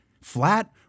Flat